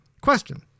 Question